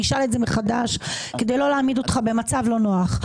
אני אשאל את זה מחדש כדי לא להעמיד אותך במצב לא נוח.